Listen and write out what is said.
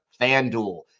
FanDuel